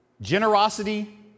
generosity